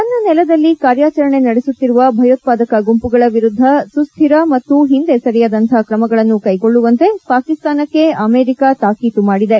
ತನ್ನ ನೆಲದಲ್ಲಿ ಕಾರ್ಯಾಚರಣೆ ನಡೆಸುತ್ತಿರುವ ಭಯೋತ್ವಾದಕ ಗುಂಪುಗಳ ವಿರುದ್ಧ ಸು್ಕಿರ ಮತ್ತು ಹಿಂದೆ ಸರಿಯದಂಥ ಕ್ರಮಗಳನ್ನು ಕೈಗೊಳ್ಳುವಂತೆ ಪಾಕಿಸ್ತಾನಕ್ಕೆ ಅಮೆರಿಕಾ ತಾಕೀತು ಮಾಡಿದೆ